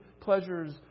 pleasures